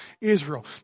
Israel